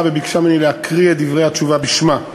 וביקשה ממני להקריא את דברי התשובה בשמה.